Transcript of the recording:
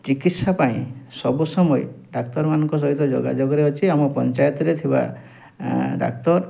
ଚିକିତ୍ସା ପାଇଁ ସବୁ ସମୟରେ ଡାକ୍ତରମାନଙ୍କ ସହିତ ଯୋଗାଯୋଗରେ ଅଛି ଆମ ପଞ୍ଚାୟତରେ ଥିବା ଡାକ୍ତର